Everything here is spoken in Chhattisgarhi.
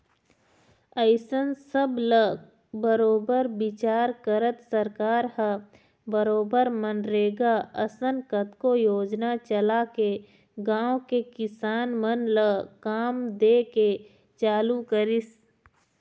अइसन सब ल बरोबर बिचार करत सरकार ह बरोबर मनरेगा असन कतको योजना चलाके गाँव के किसान मन ल काम दे के चालू करिस